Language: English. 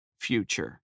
future